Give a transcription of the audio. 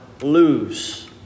lose